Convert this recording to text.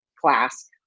class